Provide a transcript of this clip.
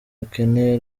rukeneye